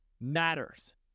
matters